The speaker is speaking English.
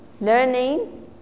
learning